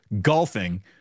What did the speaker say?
golfing